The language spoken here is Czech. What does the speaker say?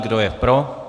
Kdo je pro?